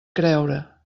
creure